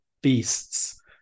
beasts